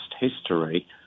history